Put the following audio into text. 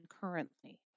currently